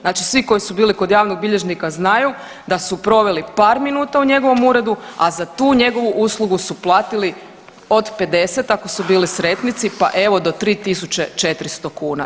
Znači svi koji su bili kod javnog bilježnika znaju da su proveli par minuta u njegovom uredu, a za tu njegovu uslugu su platili od 50 ako su bili sretnici pa evo do 3.400 kuna.